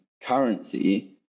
currency